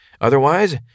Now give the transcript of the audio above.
Otherwise